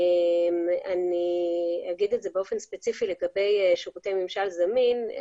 אני אומר את זה באופן ספציפי לגבי שירותי ממשל זמין.